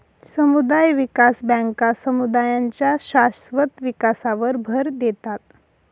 समुदाय विकास बँका समुदायांच्या शाश्वत विकासावर भर देतात